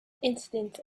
incidents